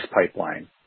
pipeline